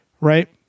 right